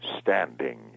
standing